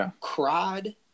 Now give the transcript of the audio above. cried